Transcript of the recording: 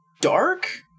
dark